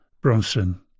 Bronson